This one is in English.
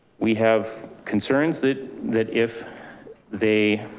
we have concerns that that if they